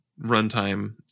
runtime